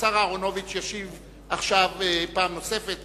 אהרונוביץ ישיב פעם נוספת